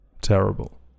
terrible